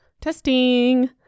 Testing